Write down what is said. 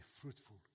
fruitful